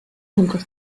hulgas